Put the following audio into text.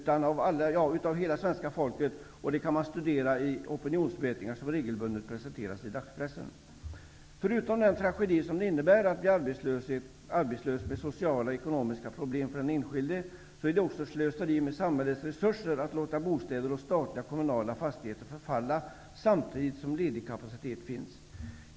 Det är bara att studera de opinionsmätningar som regelbundet presenteras i dagspressen. Förutom att det är en tragedi för den enskilde att bli arbetslös och få sociala och ekonomiska problem är det ett slöseri med samhällets resurser att låta bostäder och statligt och kommunalt ägda fastigheter förfalla samtidigt som det finns ledig kapacitet.